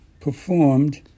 performed